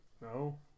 No